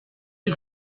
dix